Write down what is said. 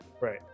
Right